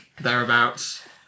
thereabouts